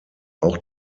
auch